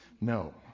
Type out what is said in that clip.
No